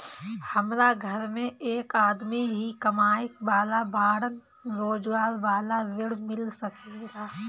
हमरा घर में एक आदमी ही कमाए वाला बाड़न रोजगार वाला ऋण मिल सके ला?